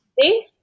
See